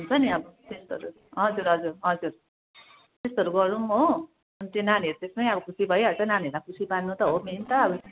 हुन्छ नि अब त्यस्तोहरू हजुर हजुर हजुर त्यस्तोहरू गरौँ हो त्यो नानीहरू त्यसमै अब खुसी भइल्छ नानीहरूलाई खुसी पार्नु त हो मेन त